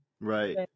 right